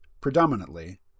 predominantly